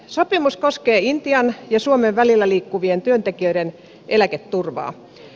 sopimus koskee intian ja suomen välillä liikkuvien työntekijöiden eläketurvaa